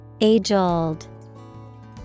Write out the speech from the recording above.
Age-old